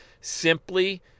Simply